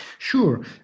Sure